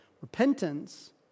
Repentance